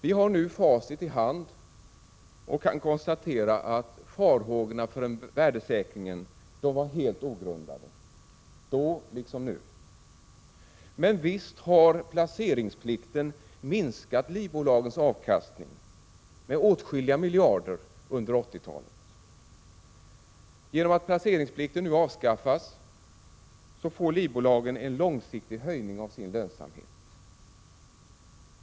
Vi har nu facit i handen och kan konstatera att farhågorna för värdesäkringen var helt ogrundade — då liksom nu. Men visst har placeringsplikten minskat livbolagens avkastning med åtskilliga miljarder under 1980-talet. Genom att placeringsplikten nu avskaffats får livbolagen en långsiktig höjning av sin lönsamhet.